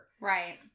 right